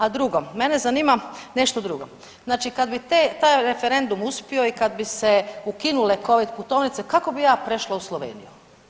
A drugo, mene zanima nešto drugo, znači kad bi taj referendum uspio i kad bi se ukinule Covid putovnice, kako bi ja prešla u Sloveniju?